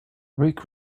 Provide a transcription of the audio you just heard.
rick